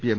P M